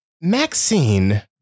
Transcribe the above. Maxine